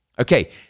Okay